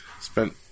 spent